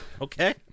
Okay